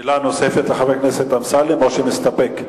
שאלה נוספת לחבר הכנסת אמסלם או שהוא מסתפק?